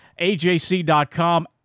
AJC.com